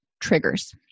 triggers